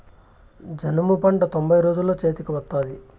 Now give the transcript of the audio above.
జనుము పంట తొంభై రోజుల్లో చేతికి వత్తాది